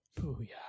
Booyah